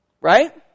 Right